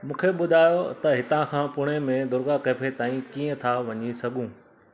मूंखे ॿुधायो त हितां खां पुणे में दुर्गा कैफे ताईं कीअं था वञी सघूं